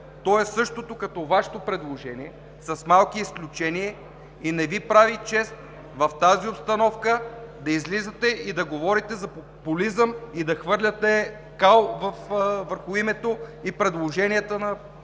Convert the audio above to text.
е същото като Вашето предложение с малки изключения и не ви прави чест в тази обстановка да излизате и да говорите за популизъм и да хвърляте кал върху името и предложенията на другите